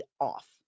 off